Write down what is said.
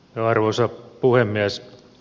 arvoisa puhemies